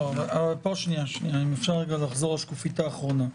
שנייה, אם אפשר לחזור לשקופית האחרונה.